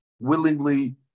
willingly